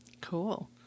cool